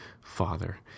father